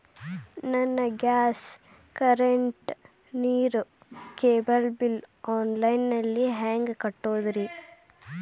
ನನ್ನ gas, current, ನೇರು, cable bill online ನಲ್ಲಿ ಹೆಂಗ್ ಕಟ್ಟೋದ್ರಿ?